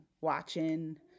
watching